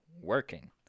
working